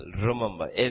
Remember